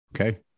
Okay